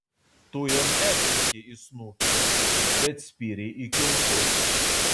tu jam netrenkei į snukį bet spyrei į kiaušus